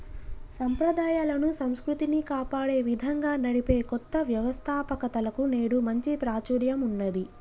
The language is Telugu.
సంప్రదాయాలను, సంస్కృతిని కాపాడే విధంగా నడిపే కొత్త వ్యవస్తాపకతలకు నేడు మంచి ప్రాచుర్యం ఉన్నది